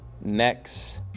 next